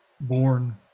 born